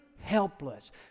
helpless